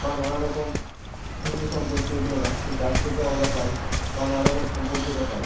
বা নানা রকম খনিজ সম্পদ সেইগুলো গাছ থেকে গাছ থেকেও আমরা পাই বা নানা রকম সম্পদ থেকে পাই